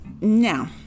now